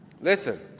Listen